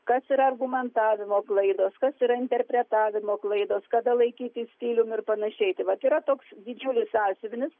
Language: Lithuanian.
kas yra argumentavimo klaidos kas yra interpretavimo klaidos kada laikyti stilium ir panašiai tai vat yra toks didžiulis sąsiuvinis